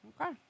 Okay